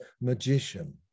magician